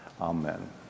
Amen